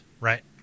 right